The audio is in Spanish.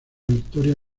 victoria